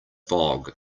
fog